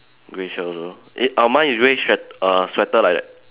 grey shirt also eh uh mine is grey sweat~ err sweater like that